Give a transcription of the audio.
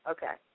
Okay